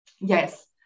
Yes